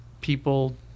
people